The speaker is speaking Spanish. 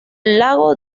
lago